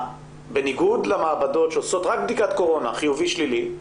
בניגוד למעבדות שרק עושות בדיקות קורונה חיובי או שלילי,